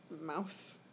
mouth